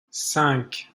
cinq